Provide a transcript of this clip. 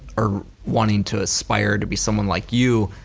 or wanting to aspire to be someone like you,